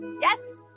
Yes